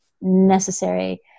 necessary